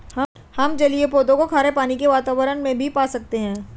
हम जलीय पौधों को खारे पानी के वातावरण में भी पा सकते हैं